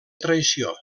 traïció